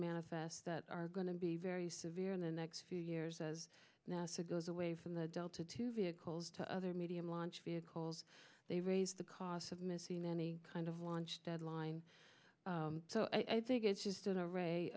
manifest that are going to be very severe in the next few years as nasa goes away from the delta to vehicles to other medium launch vehicles they raise the cost of missing any kind of launch deadline so i think it's just an array